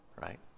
right